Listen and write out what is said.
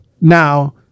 Now